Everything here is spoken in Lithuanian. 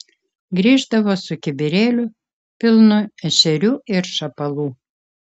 grįždavo su kibirėliu pilnu ešerių ir šapalų